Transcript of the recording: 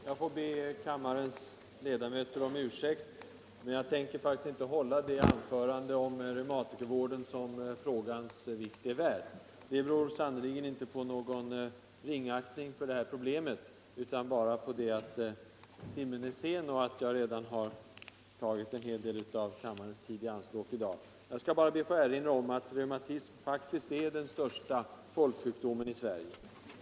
Herr talman! Jag får be kammarens ledamöter om ursäkt för att jag faktiskt inte tänker hålla det anförande om reumatikervården som frågans vikt är värd. Detta beror sannerligen inte på någon ringaktning av detta problem utan enbart på att timmen är sen och att jag redan tagit en stor del av kammarens tid i anspråk i dag. Jag ber bara att få erinra om att reumatism faktiskt är den största folksjukdomen i Sverige.